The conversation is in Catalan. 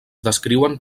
descriuen